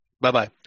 Bye-bye